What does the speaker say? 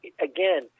again